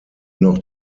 noch